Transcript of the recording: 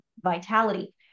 vitality